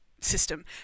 system